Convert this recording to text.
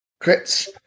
Crits